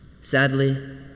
Sadly